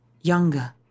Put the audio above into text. younger